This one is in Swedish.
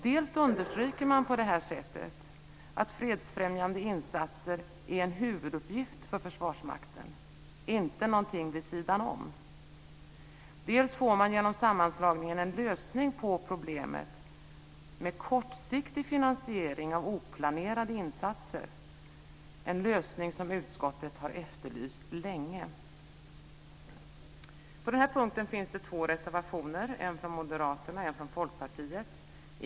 Dels understryker man på det här sättet att fredsfrämjande insatser är en huvuduppgift för Försvarsmakten och inte någonting vid sidan om, dels får man genom sammanslagningen en lösning på problemet med kortsiktig finansiering av oplanerade insatser. Det är en lösning som utskottet har efterlyst länge. På denna punkt finns det två reservationer - en från Moderaterna och en från Folkpartiet.